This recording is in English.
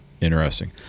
interesting